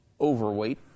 overweight